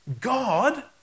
God